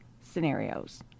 scenarios